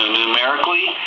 numerically